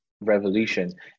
revolution